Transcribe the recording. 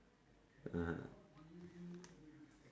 (uh huh)